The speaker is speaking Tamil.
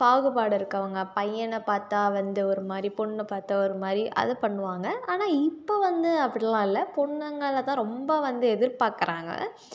பாகுபாடு இருக்கவறங்க பையனை பார்த்தா வந்து ஒருமாதிரி பொண்ணை பார்த்தா ஒருமாதிரி அது பண்ணுவாங்க ஆனால் இப்போ வந்து அப்படில்லாம் இல்லை பொண்ணுங்களைதான் ரொம்ப வந்து எதிர்பார்க்கறாங்க